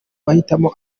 mahitamo